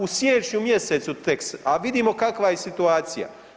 U siječnju mjesecu tek, a vidimo kakva je situacija.